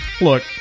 Look